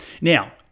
Now